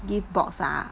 give box ah